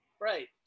Right